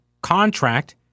contract